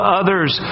others